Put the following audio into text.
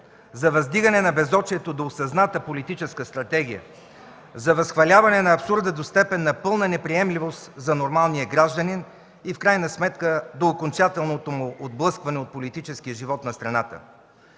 за въздигане на безочието до осъзната политическа стратегия, за възхваляване на абсурда до степен на пълна неприемливост за нормалния гражданин и в крайна сметка до окончателното му отблъскване от политическия живот на страната.